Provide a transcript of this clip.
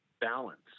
balance